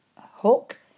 Hook